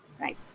right